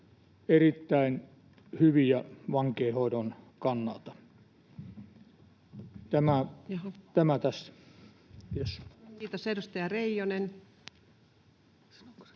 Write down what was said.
erittäin hyviä vankeinhoidon kannalta.